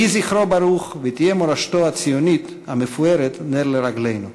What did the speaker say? יהי זכרו ברוך ותהיה מורשתו הציונית המפוארת נר לרגלינו.